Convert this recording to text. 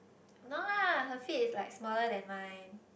no lah her feet is like smaller than mine